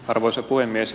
arvoisa puhemies